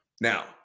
Now